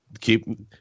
keep